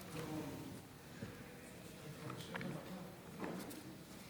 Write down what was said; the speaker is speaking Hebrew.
האמונים: "אני מתחייב לשמור אמונים למדינת